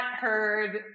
heard